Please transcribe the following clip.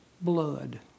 blood